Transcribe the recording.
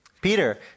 Peter